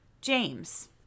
James